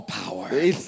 power